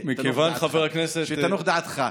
מכיוון, חבר הכנסת, תנוח דעתך.